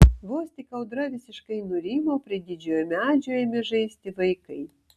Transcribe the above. vos tik audra visiškai nurimo prie didžiojo medžio ėmė žaisti vaikai